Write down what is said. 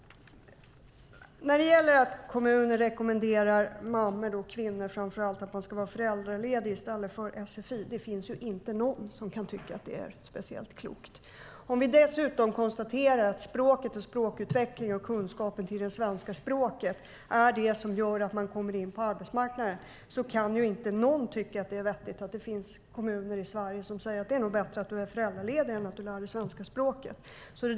Att kommuner rekommenderar föräldrar och framför allt mödrar att vara föräldralediga i stället för att gå på sfi kan ingen tycka är speciellt klokt. Konstaterar vi dessutom att språk, språkutveckling och kunskap i det svenska språket gör att man kommer in på arbetsmarknaden kan ingen tycka att det är vettigt att det finns kommuner i Sverige som säger att det är bättre att vara föräldraledig än att lära sig svenska språket.